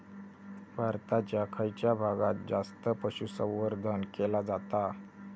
भारताच्या खयच्या भागात जास्त पशुसंवर्धन केला जाता?